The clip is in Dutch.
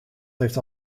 heeft